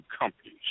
companies